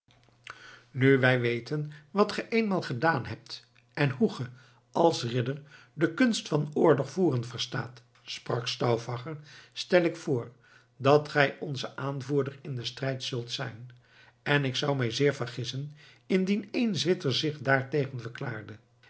nu wij weten wat ge eenmaal gedaan hebt en hoe ge als ridder de kunst van oorlogvoeren verstaat sprak stauffacher stel ik voor dat gij onze aanvoerder in den strijd zult zijn en ik zou mij zeer vergissen indien één zwitser zich daar tegen verklaarde